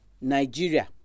Nigeria